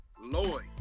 Lloyd